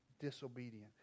disobedient